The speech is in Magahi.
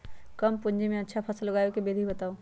कम पूंजी में अच्छा फसल उगाबे के विधि बताउ?